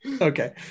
Okay